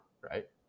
right